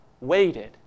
waited